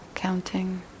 counting